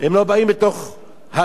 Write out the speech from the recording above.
הם לא באים בתוך העיר,